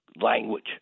language